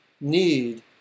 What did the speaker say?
need